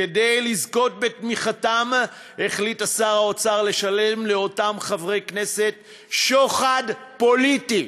כדי לזכות בתמיכתם החליט שר האוצר לשלם לאותם חברי כנסת שוחד פוליטי,